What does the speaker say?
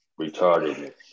Retardedness